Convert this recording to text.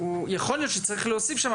יכול להיות שצריך להוסיף שם,